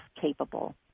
capable